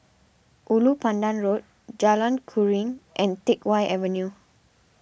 Ulu Pandan Road Jalan Keruing and Teck Whye Avenue